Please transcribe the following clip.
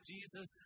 Jesus